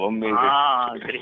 Amazing